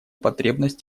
потребность